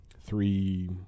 three